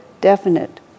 definite